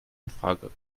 infrage